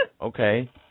Okay